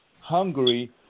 Hungary